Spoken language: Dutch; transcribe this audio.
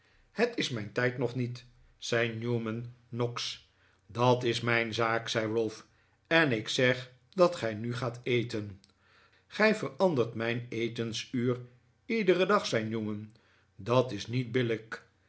het is mijn tijd nog niet zei newman noggs dat is mijn zaak zei ralph en ik zeg dat gij nu gaat eten gij verandert mijn etensuur iederen dag zei newman dat is niet billijk